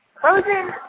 Frozen